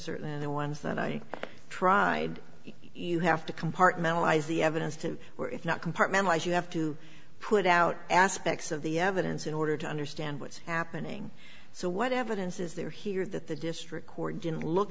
certainly the ones that i tried you have to compartmentalize the evidence to where it's not compartmentalise you have to put out aspects of the evidence in order to understand what's happening so what evidence is there here that the district court